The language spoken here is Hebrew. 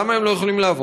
למה הם לא יכולים לעבוד?